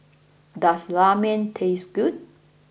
does Ramen taste good